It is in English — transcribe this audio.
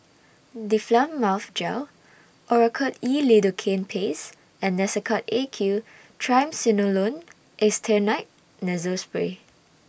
Difflam Mouth Gel Oracort E Lidocaine Paste and Nasacort A Q Triamcinolone Acetonide Nasal Spray